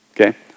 okay